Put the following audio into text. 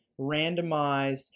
randomized